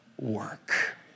work